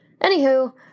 Anywho